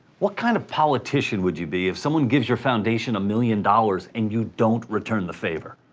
what kind of politician would you be if someone gives your foundation a million dollars, and you don't return the favor?